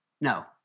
No